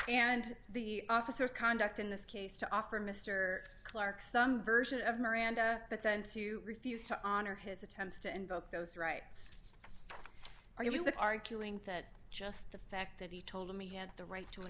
and the officers conduct in this case to offer mr clarke some version of miranda but then to refuse to honor his attempts to invoke those rights are you arguing that just the fact that he told him he had the right to an